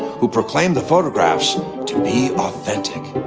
who proclaimed the photographs to be authentic.